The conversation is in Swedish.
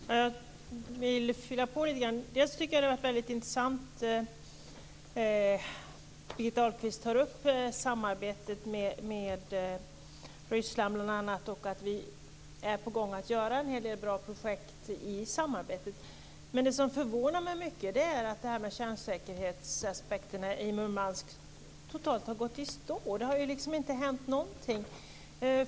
Fru talman! Jag vill fylla på lite grann. Det var intressant att höra Birgitta Ahlqvist ta upp samarbetet med bl.a. Ryssland och att höra henne säga att vi är på gång med att genomföra en hel del bra projekt inom samarbetet. Vad som förvånar mig mycket är att detta med kärnkraftsaspekterna i Murmansk totalt har gått i stå. Det har liksom inte hänt någonting.